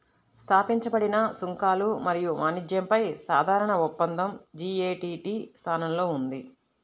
స్థాపించబడిన సుంకాలు మరియు వాణిజ్యంపై సాధారణ ఒప్పందం జి.ఎ.టి.టి స్థానంలో ఉంది